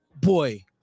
boy